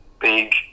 big